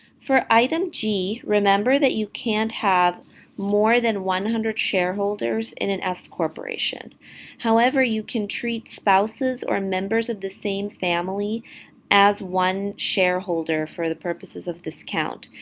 for item g, remember that you can't have more than one hundred shareholders in an s-corporation. however, you can treat spouses or members of the same family as one shareholder for the purposes of this count.